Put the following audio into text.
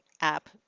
app